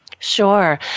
Sure